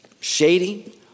shady